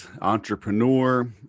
entrepreneur